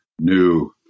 new